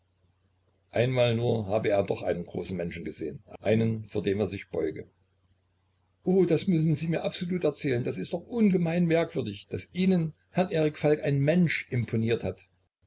einmal nur habe er doch einen großen menschen gesehen einen vor dem er sich beuge o das müssen sie mir absolut erzählen das ist doch ungemein merkwürdig daß ihnen herrn erik falk ein mensch imponiert hat